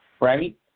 right